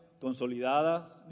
consolidadas